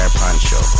poncho